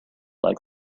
like